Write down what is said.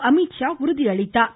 அமித்ஷா உறுதியளித்தார்